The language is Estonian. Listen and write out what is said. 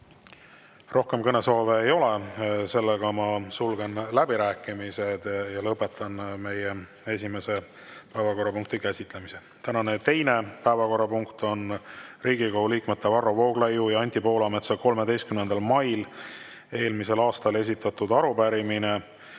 Rohkem kõnesoove ei ole, ma sulgen läbirääkimised ja lõpetan meie esimese päevakorrapunkti käsitlemise. Tänane teine päevakorrapunkt on Riigikogu liikmete Varro Vooglaiu ja Anti Poolametsa 13. mail eelmisel aastal esitatud arupärimine